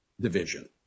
division